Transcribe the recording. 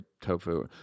tofu